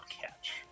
catch